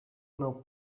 meu